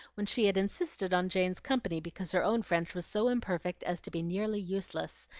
when she had insisted on jane's company because her own french was so imperfect as to be nearly useless,